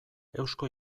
eusko